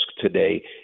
today